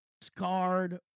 scarred